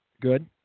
Good